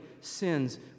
sins